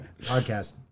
Podcast